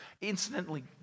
Incidentally